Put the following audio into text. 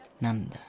Nanda